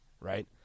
right